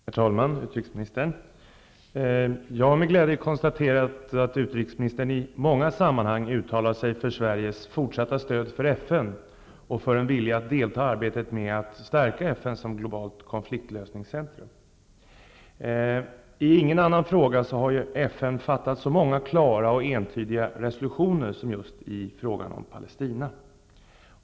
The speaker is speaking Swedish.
Herr talman! Utrikesministern! Jag har med glädje konstaterat att utrikesministern i många sammanhang uttalar sig för Sveriges fortsatta stöd för FN och för en vilja att delta i arbetet med att stärka FN som globalt konfliktlösningscentrum. I ingen annan fråga har FN författat så många klara och entydiga resolutioner som just i frågan om Palestina.